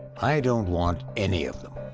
i don't want any of them.